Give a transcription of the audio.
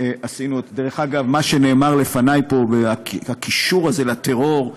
דרך אגב, מה שנאמר לפניי פה, הקישור הזה לטרור,